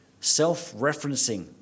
self-referencing